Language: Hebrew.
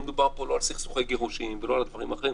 לא מדובר פה על סכסוכי גירושין ועל הדברים האחרים,